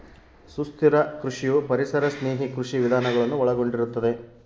ಸುಸ್ಥಿರ ಕೃಷಿಯು ಪರಿಸರ ಸ್ನೇಹಿ ಕೃಷಿ ವಿಧಾನಗಳನ್ನು ಒಳಗೊಂಡಿರುತ್ತದೆ